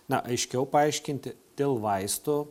na aiškiau paaiškinti dėl vaistų